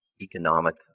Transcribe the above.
economic